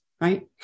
right